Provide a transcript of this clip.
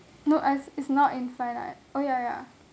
no I s~ it's not infinite oh ya ya